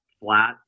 flat